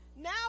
Now